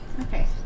Okay